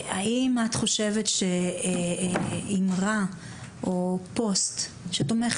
האם את חושבת שאמרה או פוסט שתומך,